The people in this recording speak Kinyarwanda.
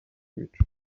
bicu